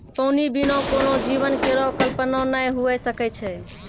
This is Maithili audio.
पानी बिना कोनो जीवन केरो कल्पना नै हुए सकै छै?